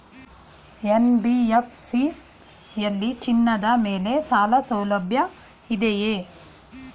NBFC ಯಲ್ಲಿ ಚಿನ್ನದ ಮೇಲೆ ಸಾಲಸೌಲಭ್ಯ ಇದೆಯಾ?